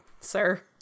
sir